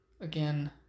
again